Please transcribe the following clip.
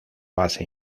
base